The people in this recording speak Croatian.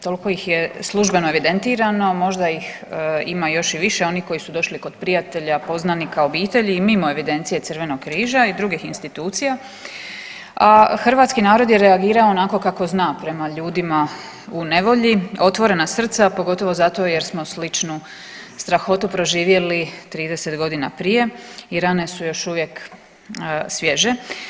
Toliko ih je službeno evidentirano, možda ih ima još i više, onih koji su došli kod prijatelja, poznanika, obitelji i mimo evidencije Crvenog križa i drugih institucija, a hrvatski narod je reagirao onako kako zna, prema ljudima u nevolji, otvorena srca, pogotovo zato jer smo sličnu strahotu proživjeli 30 godina prije i rane su još svježe.